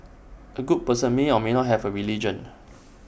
A good person may or may not have A religion